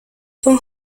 son